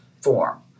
form